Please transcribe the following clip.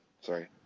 Sorry